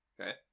Okay